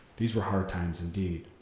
these were hard times indeed.